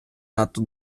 надто